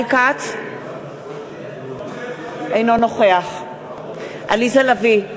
אינו נוכח עליזה לביא,